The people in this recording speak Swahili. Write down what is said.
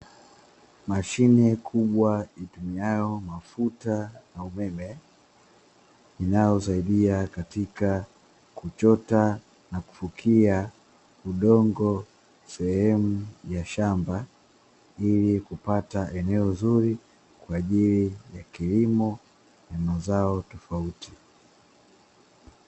Mashine kubwa itumiayo mafuta na umeme inayosaidia katika, kuchota na kufukia udongo sehemu ya shamba ili kupata eneo nzuri, kwa ajili ya kilimo ya mazao tofauti.